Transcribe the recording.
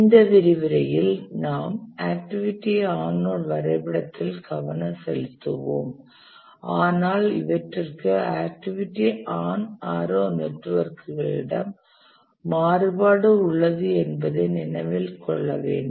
இந்த விரிவுரையில் நாம் ஆக்டிவிட்டி ஆன் நோட் வரைபடத்தில் கவனம் செலுத்துவோம் ஆனால் இவற்றிற்கு ஆக்டிவிட்டி ஆன் ஆரோ நெட்வொர்க்குகளிடம் மாறுபாடு உள்ளது என்பதை நினைவில் கொள்ள வேண்டும்